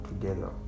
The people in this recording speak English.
together